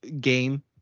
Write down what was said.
game